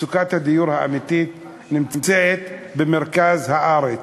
מצוקת הדיור האמיתית נמצאת במרכז הארץ,